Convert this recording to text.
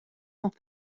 sont